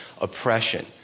oppression